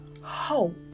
hope